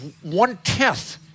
one-tenth